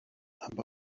amb